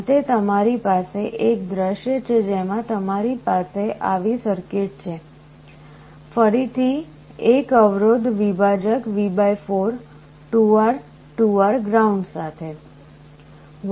અંતે તમારી પાસે એક દૃશ્ય છે જ્યાં તમારી પાસે આવી સર્કિટ છે ફરીથી એક અવરોધ વિભાજક V4 2R 2R ગ્રાઉન્ડ સાથે